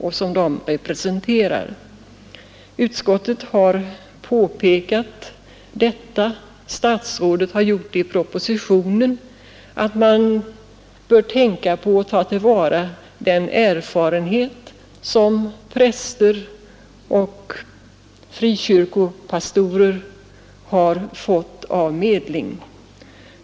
Både utskottet och statsrådet i propositionen har påpekat att man bör tänka på att ta till vara den erfarenhet som präster och frikyrkopastorer har fått av medling.